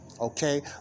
okay